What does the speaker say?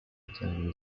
return